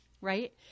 right